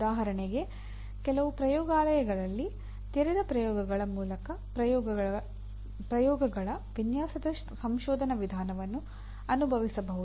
ಉದಾಹರಣೆಗೆ ಕೆಲವು ಪ್ರಯೋಗಾಲಯಗಳಲ್ಲಿ ತೆರೆದ ಪ್ರಯೋಗಗಳ ಮೂಲಕ ಪ್ರಯೋಗಗಳ ವಿನ್ಯಾಸದ ಸಂಶೋಧನಾ ವಿಧಾನವನ್ನು ಅನುಭವಿಸಬಹುದು